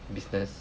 business